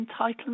entitlement